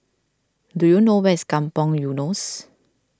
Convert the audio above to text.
do you know where is Kampong Eunos